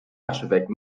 archevêque